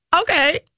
Okay